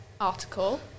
article